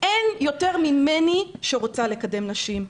אין יותר ממני שרוצה לקדם נשים.